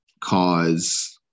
cause